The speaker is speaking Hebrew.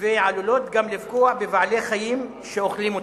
ועלולות גם לפגוע בבעלי-חיים שאוכלים אותן.